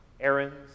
errands